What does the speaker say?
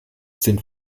sind